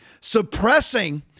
suppressing